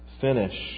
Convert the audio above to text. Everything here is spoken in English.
finish